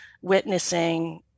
witnessing